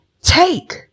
Take